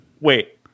Wait